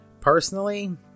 Personally